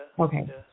Okay